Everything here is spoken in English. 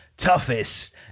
toughest